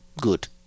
good